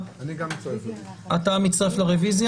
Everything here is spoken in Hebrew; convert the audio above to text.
הודעה.